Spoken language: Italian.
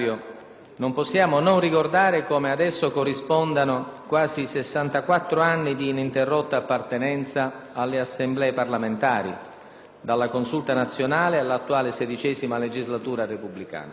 non possiamo non ricordare come ad esso corrispondano quasi sessantaquattro anni di ininterrotta appartenenza alle Assemblee parlamentari, dalla Consulta Nazionale all'attuale XVI legislatura repubblicana.